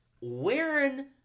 wearing